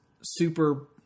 super